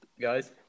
guys